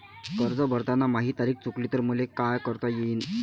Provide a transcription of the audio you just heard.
कर्ज भरताना माही तारीख चुकली तर मले का करता येईन?